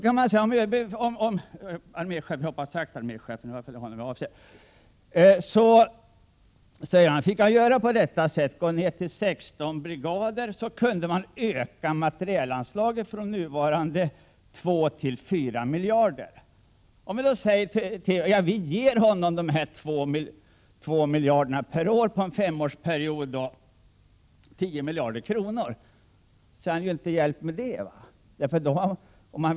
Arméchefen säger att om han fick gå ner till 16 brigader, kunde man öka det årliga materielanslaget från nuvarande 2 till 4 miljarder. Om vi då säger att vi ger honom de 2 miljarderna per år — på en femårsperiod alltså 10 miljarder — så räcker det inte för att behålla dagens organisation.